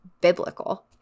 biblical